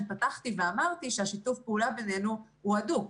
פתחתי ואמרתי ששיתוף הפעולה בינינו הוא הדוק.